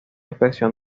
expresión